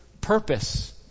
purpose